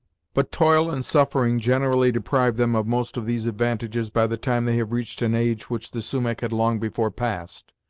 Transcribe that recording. but toil and suffering generally deprive them of most of these advantages by the time they have reached an age which the sumach had long before passed.